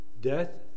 death